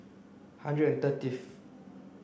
hundred thirtieth